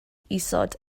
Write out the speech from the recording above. isod